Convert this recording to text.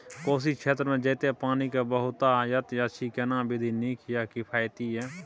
कोशी क्षेत्र मे जेतै पानी के बहूतायत अछि केना विधी नीक आ किफायती ये?